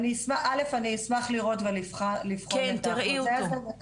אני אשמח לראות ולבחון את החוזה הזה.